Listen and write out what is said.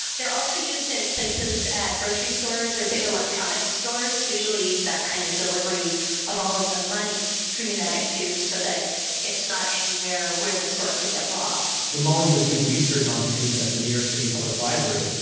they are also used at places at grocery stores or big electronic stores, usually that kind of delivery of all of the money through pneumatic tubes so that it's not anywhere where the store could get robbed. when molly was doing research on tubes at the new york city public library,